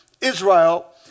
Israel